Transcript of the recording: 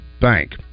bank